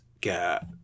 get